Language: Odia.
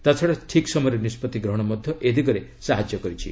ତାଛଡ଼ା ଠିକ୍ ସମୟରେ ନିଷ୍ପତ୍ତି ଗ୍ରହଣ ମଧ୍ୟ ଏ ଦିଗରେ ସାହାଯ୍ୟ କରିଛି